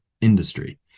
industry